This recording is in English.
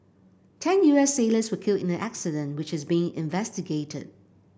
ten U S sailors were killed in the accident which is being investigated